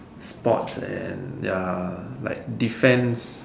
sports and ya like defense